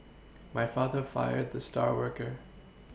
my father fired the star worker